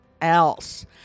else